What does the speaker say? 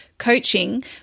coaching